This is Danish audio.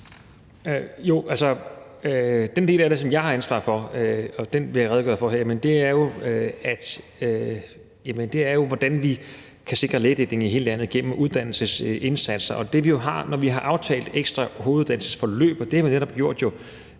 Heunicke): Den del af det, som jeg har ansvaret for – og det vil jeg redegøre for her – er jo, hvordan vi kan sikre lægedækning i hele landet gennem uddannelsesindsatser. Når vi har aftalt ekstra hoveduddannelsesforløb i almen medicin, og det har man netop gjort i